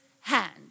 hand